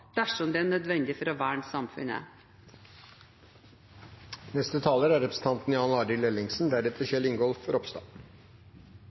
dersom det er nødvendig for å verne samfunnet.